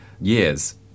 years